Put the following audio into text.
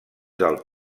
del